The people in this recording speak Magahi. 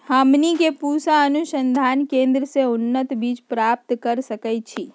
हमनी के पूसा अनुसंधान केंद्र से उन्नत बीज प्राप्त कर सकैछे?